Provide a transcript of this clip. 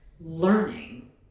learning